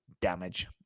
damage